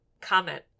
comment